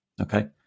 okay